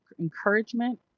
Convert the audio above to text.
encouragement